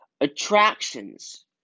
Attractions